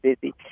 busy